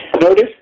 Notice